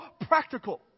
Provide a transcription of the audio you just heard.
practical